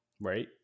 Right